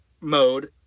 mode